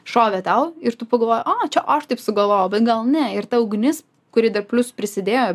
šovė tau ir tu pagalvojai o čia aš taip sugalvojau bet gal ne ir ta ugnis kuri dar plius prisidėjo